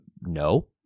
No